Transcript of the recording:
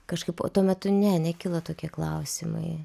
kažkaip o tuo metu ne nekilo tokie klausimai